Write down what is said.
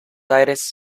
aires